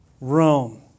Rome